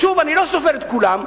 שוב, אני לא סופר את כולם.